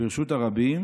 ברשות הרבים"